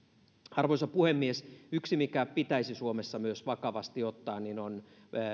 arvoisa puhemies yksi mikä pitäisi suomessa myös vakavasti ottaa on